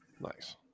Nice